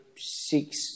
six